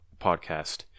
podcast